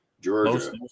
Georgia